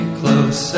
close